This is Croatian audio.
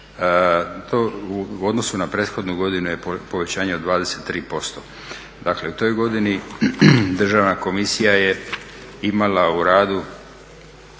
U odnosu na prethodnu godinu je povećanje od 23%, dakle u toj godini Državna komisija je imala u radu